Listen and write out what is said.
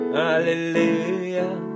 hallelujah